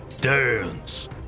Dance